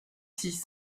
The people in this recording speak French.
six